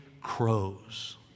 crows